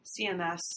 CMS